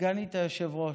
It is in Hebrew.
סגנית היושב-ראש.